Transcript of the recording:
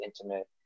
intimate